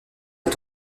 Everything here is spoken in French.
est